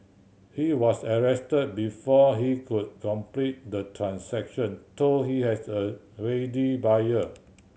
he was arrested before he could complete the transaction though he had a ready buyer